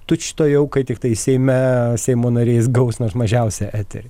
tučtuojau kai tiktai seime seimo narys gaus nors mažiausią eterį